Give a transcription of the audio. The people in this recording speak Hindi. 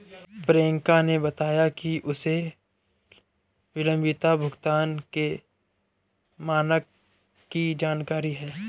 प्रियंका ने बताया कि उसे विलंबित भुगतान के मानक की जानकारी है